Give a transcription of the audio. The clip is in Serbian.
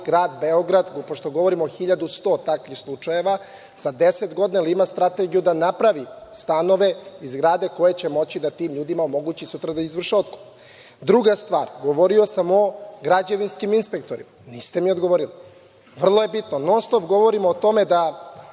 grad Beograd, pošto govorimo o 1.100 takvih slučajeva, za deset godina ima strategiju da napravi stanove i zgrade koje će moći da tim ljudima omogući sutra da izvrše otkup? Druga stvar, govorio sam o građevinskim inspektorima. Niste mi odgovorili. Vrlo je bitno. Non-stop govorimo o tome da